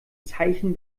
zeichen